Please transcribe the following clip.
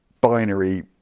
binary